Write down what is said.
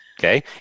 Okay